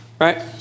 Right